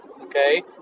okay